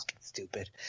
stupid